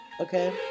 okay